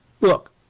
Look